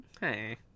Hey